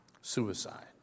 suicide